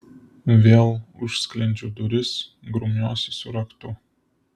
vėl užsklendžiu duris grumiuosi su raktu